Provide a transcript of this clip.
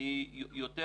היא יותר